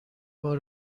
بار